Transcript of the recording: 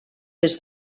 des